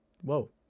whoa